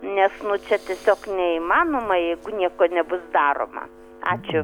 nes čia tiesiog neįmanoma jeigu nieko nebus daroma ačiū